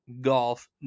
golf